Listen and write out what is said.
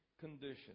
condition